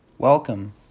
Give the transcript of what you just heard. Welcome